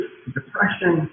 depression